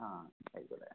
ആ ആയിക്കോട്ടെ